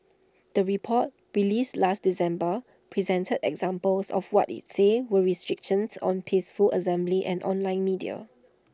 the report released last December presented examples of what IT said were restrictions on peaceful assembly and online media